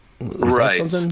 right